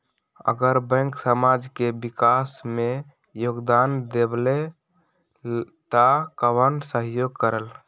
अगर बैंक समाज के विकास मे योगदान देबले त कबन सहयोग करल?